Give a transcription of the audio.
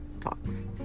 Talks